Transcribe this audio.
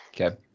Okay